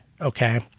okay